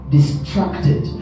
distracted